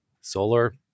Solar